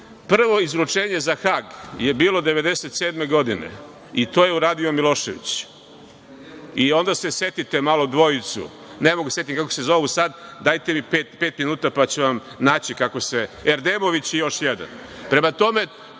Prvo izručenje za Hag je bilo 1997. godine, i to je uradio Milošević. I onda se setite one dvojice, ne mogu sad da se setim kako se zovu, dajte mi pet minuta pa ću naći kako se zovu, Erdemović i još jedan.